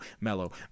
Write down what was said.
Mellow